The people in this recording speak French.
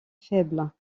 faible